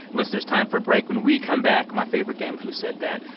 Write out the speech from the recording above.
listeners, time for a break. when we come back, my favorite game who said that?